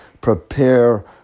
prepare